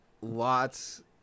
lots